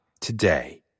today